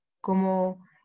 Como